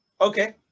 okay